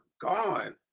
gone